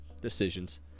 decisions